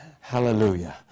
Hallelujah